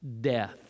death